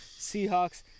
Seahawks